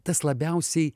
tas labiausiai